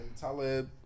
talib